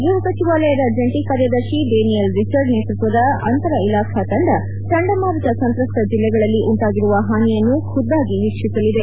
ಗೃಹ ಸಚಿವಾಲಯದ ಜಂಟಿ ಕಾರ್ಯದರ್ತಿ ಡೇನಿಯಲ್ ರಿಚರ್ಡ್ ನೇತೃತ್ವದ ಅಂತರ ಇಲಾಖಾ ತಂಡ ಚಂಡಮಾರುತ ಸಂತ್ರಸ್ತ ಜಲ್ಲೆಗಳಲ್ಲಿ ಉಂಟಾಗಿರುವ ಹಾನಿಯನ್ನು ಖುದ್ದಾಗಿ ವೀಕ್ಷಿಸಲಿದೆ